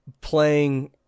playing